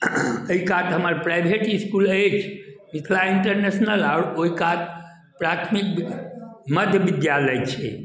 एहि कात हमर प्राइभेट इसकूल अछि मिथिला इन्टरनेशनल आओर ओहि कात प्राथमिक मध्य बिद्यालय छै